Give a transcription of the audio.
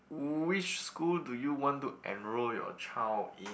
which school do you want to enroll your child in